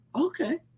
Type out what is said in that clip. okay